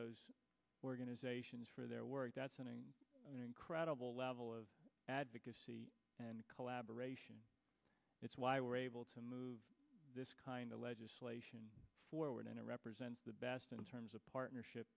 those organizations for their work that's sending an incredible level of advocacy and collaboration that's why we're able to move this kind of legislation forward into represent the best in terms of partnership